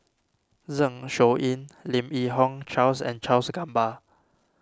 Zeng Shouyin Lim Yi Yong Charles and Charles Gamba